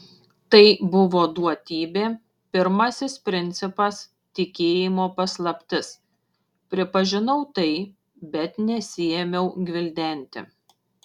tai buvo duotybė pirmasis principas tikėjimo paslaptis pripažinau tai bet nesiėmiau gvildenti